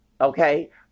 Okay